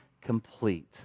complete